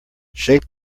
shape